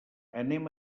anem